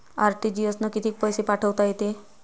RTGS न कितीक पैसे पाठवता येते?